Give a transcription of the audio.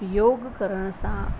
योगु करण सां